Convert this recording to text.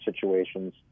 situations